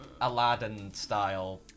Aladdin-style